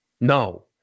No